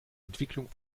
entwicklung